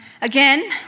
Again